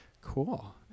Cool